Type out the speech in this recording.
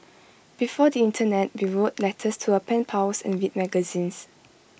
before the Internet we wrote letters to our pen pals and read magazines